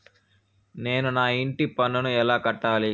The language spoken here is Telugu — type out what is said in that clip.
నేను నా ఇంటి పన్నును ఎలా కట్టాలి?